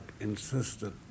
insisted